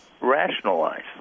rationalize